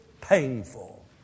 painful